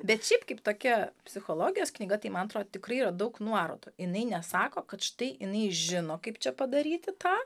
bet šiaip kaip tokia psichologijos knyga tai man atrodo tikrai yra daug nuorodų jinai nesako kad štai jinai žino kaip čia padaryti tą